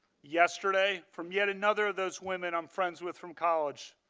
yesterday, from yet another of those women i'm friends with from college,